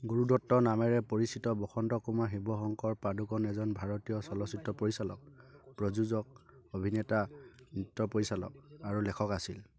গুৰু দত্ত নামেৰে পৰিচিত বসন্ত কুমাৰ শিৱশংকৰ পাদুকণ এজন ভাৰতীয় চলচ্চিত্ৰ পৰিচালক প্ৰযোজক অভিনেতা নৃত্য পৰিচালক আৰু লেখক আছিল